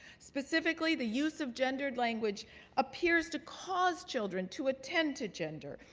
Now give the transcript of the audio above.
specifically, the use of gendered language appears to cause children to attend to gender,